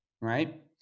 right